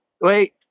wait